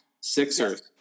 Sixers